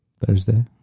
Thursday